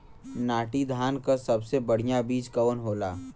नाटी धान क सबसे बढ़िया बीज कवन होला?